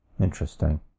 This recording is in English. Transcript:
interesting